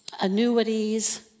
annuities